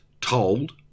told